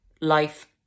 life